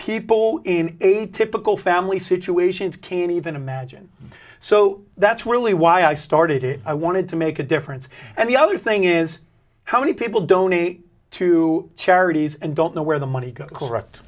people in a typical family situations can even imagine so that's really why i started it i wanted to make a difference and the other thing is how many people donate to charities and don't know where the money go correct